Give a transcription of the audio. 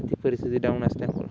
ती परिस्थिती डाऊन असल्यामुळे